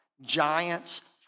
Giants